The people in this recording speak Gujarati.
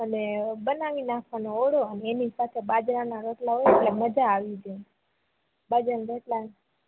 અને બનાવી નાખવાનો ઓઢો એની સાથે બાજરા ના રોટલા હોય એટલે મજા આવી જાય બાજરાના રોટલા